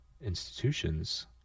institutions